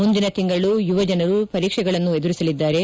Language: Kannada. ಮುಂದಿನ ತಿಂಗಳು ಯುವಜನರು ಪರೀಕ್ಷೆಗಳನ್ನು ಎದುರಿಸಲಿದ್ದಾರೆ